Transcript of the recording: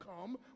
come